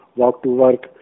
walk-to-work